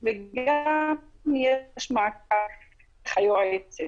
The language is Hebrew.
אם תוכלי להוריד את הווידאו,